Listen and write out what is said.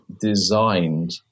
designed